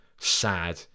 sad